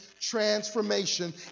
transformation